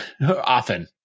often